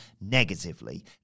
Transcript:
negatively